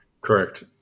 Correct